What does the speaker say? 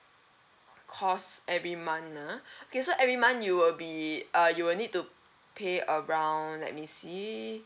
cost every month ah okay so every month you will be uh you will need to pay around let me see